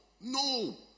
no